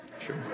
Sure